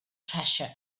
treasure